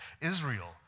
Israel